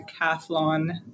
decathlon